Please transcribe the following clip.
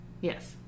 yes